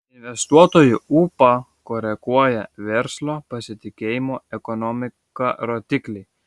investuotojų ūpą koreguoja verslo pasitikėjimo ekonomika rodikliai